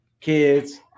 kids